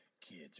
kids